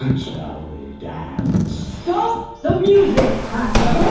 shall we dance? stop the music, hacker!